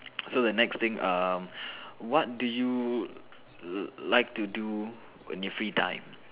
so the next thing um what do you like to do on your free time